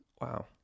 Wow